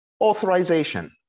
Authorization